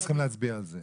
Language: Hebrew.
לא צריך להצביע על זה.